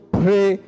pray